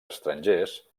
estrangers